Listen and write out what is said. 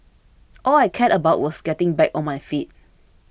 all I cared about was getting back on my feet